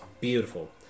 Beautiful